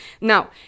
Now